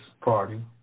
party